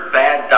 bad